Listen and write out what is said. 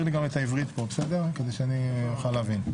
לי גם את העברית פה כדי שאני אוכל להבין.